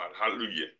hallelujah